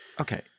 Okay